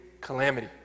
calamity